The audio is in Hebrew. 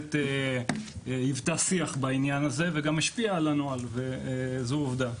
בהחלט יפתח שיח בענין הזה וגם השפיע על הנוהל וזאת עובדה.